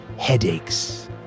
headaches